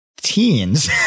Teens